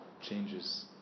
changes